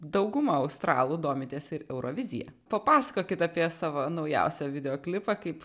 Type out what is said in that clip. dauguma australų domitės ir eurovizija papasakokit apie savo naujausią videoklipą kaip